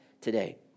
today